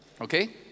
Okay